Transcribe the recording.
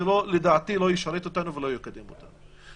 לדעתי, זה לא ישרת אותנו ולא יקדם אותנו.